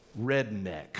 redneck